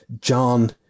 John